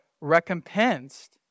recompensed